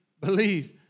believe